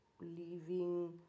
leaving